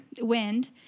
wind